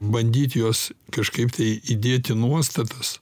bandyt juos kažkaip tai įdėt į nuostatas